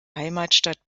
heimatstadt